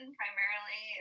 primarily